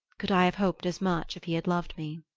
could i have hoped as much if he had loved me?